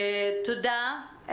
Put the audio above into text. תודה.